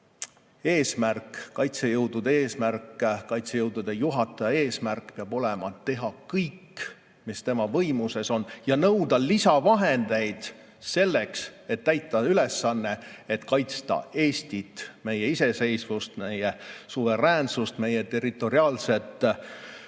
eesmärk, kaitsejõudude eesmärk, kaitsejõudude juhataja eesmärk peab olema teha kõik, mis tema võimuses on, ja nõuda lisavahendeid selleks, et täita ülesanne, et kaitsta Eestit, meie iseseisvust, meie suveräänsust ja meie territoriaalset